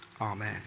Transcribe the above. Amen